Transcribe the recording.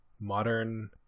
modern